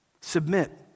Submit